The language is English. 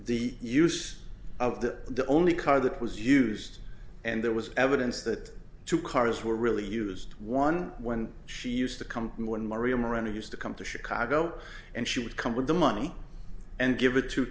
the use of the the only car that was used and there was evidence that two cars were really used one when she used to come when maria miranda used to come to chicago and she would come with the money and give it to